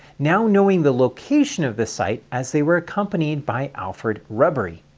now knowing the location of the site, as they were accompanied by alfred rubery.